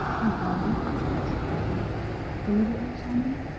and are we, asked effie deliverers, i mean?